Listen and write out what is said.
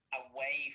away